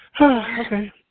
Okay